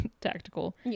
tactical